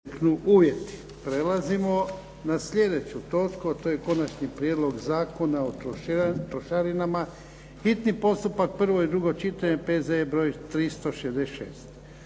(HDZ)** Prelazimo na slijedeću točku. - Konačni prijedlog zakona o trošarinama, hitni postupak, prvo i drugo čitanje, P.Z. br. 366